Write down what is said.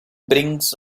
brings